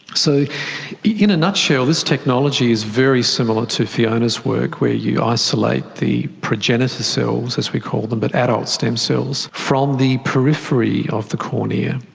so in a nutshell, this technology is very similar to fiona's work, where you isolate the progenitor cells, as we call them, the but adult stem cells, from the periphery of the cornea.